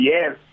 Yes